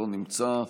לא נמצא,